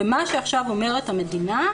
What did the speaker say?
מה שעכשיו אומרת המדינה,